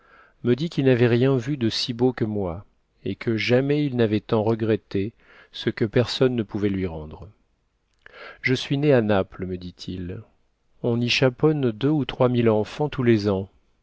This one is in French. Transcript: me dit qu'il n'avait rien vu de si beau que moi et que jamais il n'avait tant regretté ce que personne ne pouvait lui rendre je suis né à naples me dit-il on y chaponne deux ou trois mille enfants tous les ans